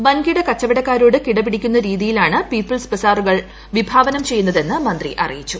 വൻകിട കച്ചവടക്കാരോട് കിടപിടിക്കുന്ന രീതിയിലാണ് പീപ്പിൾ ബസാറുകൾ വിഭാവനം ചെയ്യുന്നതെന്ന് മന്ത്രി അറിയിച്ചു